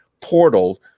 portal